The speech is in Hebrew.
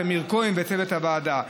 טמיר כהן וצוות הוועדה.